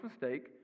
mistake